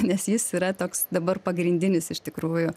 nes jis yra toks dabar pagrindinis iš tikrųjų